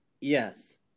yes